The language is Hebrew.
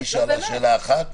היא שאלה שאלה אחת,